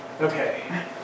Okay